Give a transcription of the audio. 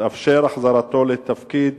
תתאפשר החזרתו לתפקיד